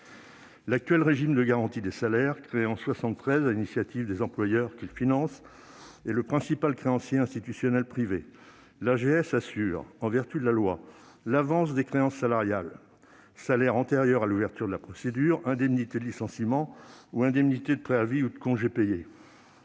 L'actuel régime de garantie des salaires, créé en 1973 à l'initiative des employeurs qui le financent, est le principal créancier institutionnel privé. L'AGS assure, en vertu de la loi, l'avance des créances salariales, à savoir les salaires antérieurs à l'ouverture de la procédure, mais aussi les indemnités de licenciement, de préavis ou de congés payés.